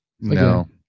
no